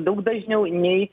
daug dažniau nei